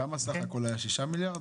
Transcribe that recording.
כמה סך הכול היה, שישה מיליארד?